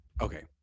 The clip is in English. Okay